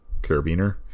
carabiner